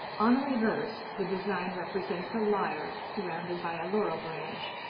on the reverse, the design represents a lyre, surrounded by a laurel branch,